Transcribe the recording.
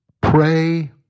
pray